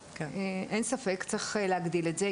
אין ספק שצריך להגדיל את זה.